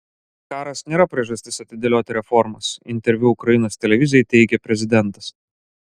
karas nėra priežastis atidėlioti reformas interviu ukrainos televizijai teigė prezidentas